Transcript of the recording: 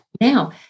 now